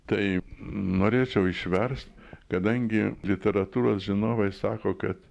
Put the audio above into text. taip norėčiau išverst kadangi literatūros žinovai sako kad